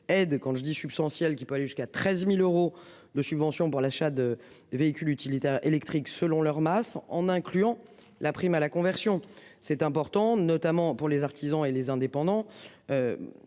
aide quand je dis substantielle qui peut aller jusqu'à 13.000 euros de subventions pour l'achat de véhicules utilitaires électriques selon leur masse en incluant la prime à la conversion, c'est important, notamment pour les artisans et les indépendants.